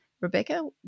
Rebecca